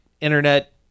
internet